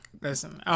Listen